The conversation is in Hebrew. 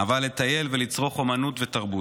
אהבה לטייל ולצרוך אומנות ותרבות.